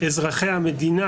אזרחי המדינה,